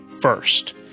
first